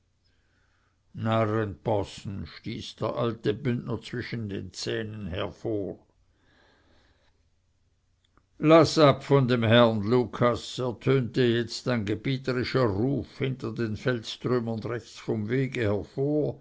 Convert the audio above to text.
narrenpossen stieß der alte bündner zwischen den zähnen hervor laß ab von dem herrn lucas ertönte jetzt ein gebieterischer ruf hinter den felstrümmern rechts vom wege